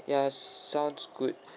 yeah sounds good